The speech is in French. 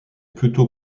plutôt